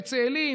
בצאלים,